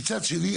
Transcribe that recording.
מצד שני,